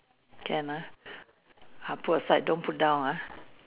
can ah I put aside don't put down ah